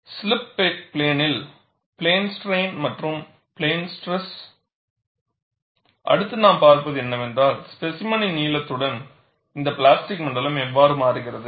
slip பிளேனில் plane strain மற்றும் plane stress அடுத்து நாம் பார்ப்பது என்னவென்றால் ஸ்பேசிமெனின் நீளத்துடன் இந்த பிளாஸ்டிக் மண்டலம் எவ்வாறு மாறுகிறது